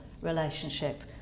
relationship